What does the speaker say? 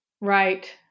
Right